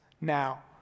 now